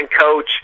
coach